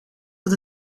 dat